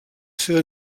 seva